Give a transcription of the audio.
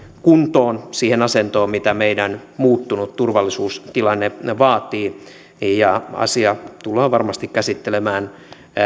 kuntoon siihen asentoon mitä meidän muuttunut turvallisuustilanne vaatii ja asia tullaan varmasti käsittelemään